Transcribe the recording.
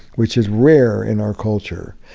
which is rare in our culture,